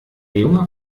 junge